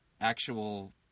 actual